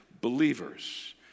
believers